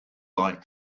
like